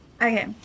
Okay